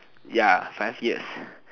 ya five years